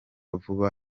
vuba